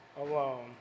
alone